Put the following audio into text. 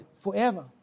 forever